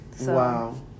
Wow